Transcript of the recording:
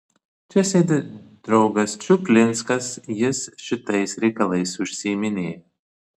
čia sėdi draugas čuplinskas jis šitais reikalais užsiiminėja